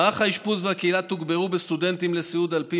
מערכי האשפוז והקהילה תוגברו בסטודנטים לסיעוד על פי